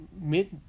mid